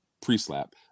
pre-slap